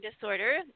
disorder